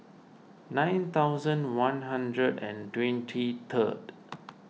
nine thousand one hundred and twenty third